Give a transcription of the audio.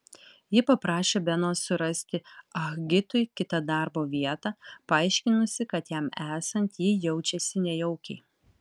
ji paprašė beno surasti ah gitui kitą darbo vietą paaiškinusi kad jam esant ji jaučiasi nejaukiai